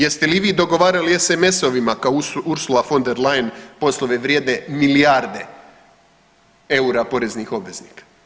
Jeste li i vi dogovarali SMS-ovima kao Ursula von der Leyen poslove vrijedne milijarde eura poreznih obveznika?